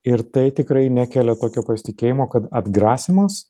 ir tai tikrai nekelia tokio pasitikėjimo kad atgrasymas